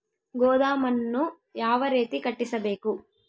ಗೋದಾಮನ್ನು ಯಾವ ರೇತಿ ಕಟ್ಟಿಸಬೇಕು?